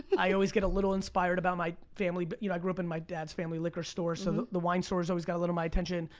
i always get a little inspired about my family, but you know i grew up in my dad's family liquor store, so the wine store has always got a little of my attention.